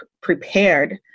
prepared